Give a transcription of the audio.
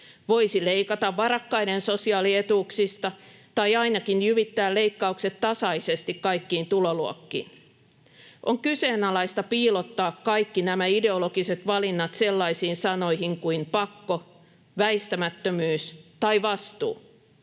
Voisi leikata varakkaiden sosiaalietuuksista tai ainakin jyvittää leikkaukset tasaisesti kaikkiin tuloluokkiin. On kyseenalaista piilottaa kaikki nämä ideologiset valinnat sellaisiin sanoihin kuin ”pakko”, ”väistämättömyys” tai ”vastuu”.